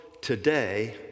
today